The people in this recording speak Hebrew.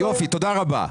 יופי, תודה רבה.